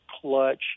clutch